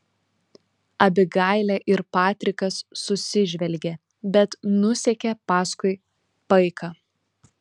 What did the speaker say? abigailė ir patrikas susižvelgė bet nusekė paskui paiką